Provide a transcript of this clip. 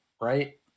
right